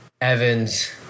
Evans